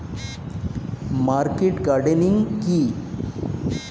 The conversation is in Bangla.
মার্কেট গার্ডেনিং কি?